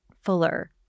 fuller